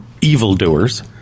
evildoers